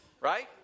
Right